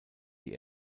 die